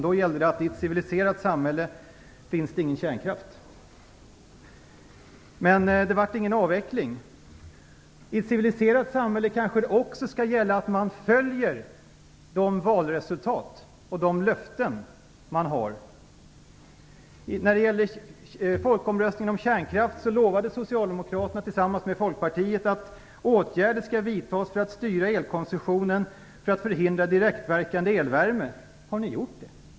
Då gällde det att det i ett civiliserat samhälle inte finns någon kärnkraft. Men det blev ingen avveckling. I ett civiliserat samhälle kanske också skall gälla att man följer de valresultat och de löften man har gett. I samband med folkomröstningen om kärnkraft lovade Socialdemokraterna tillsammans med Folkpartiet att åtgärder skulle vidtas för att styra elkonsumtionen så att direktverkande elvärme förhindrades. Har ni gjort det?